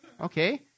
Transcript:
Okay